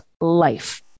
life